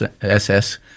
SS